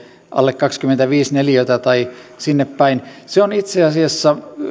alle kaksikymmentäviisi neliötä tai sinne päin aseman esille se on itse asiassa niin että